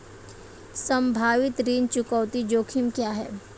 संभावित ऋण चुकौती जोखिम क्या हैं?